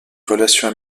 relations